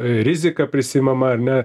rizika prisiimama ar ne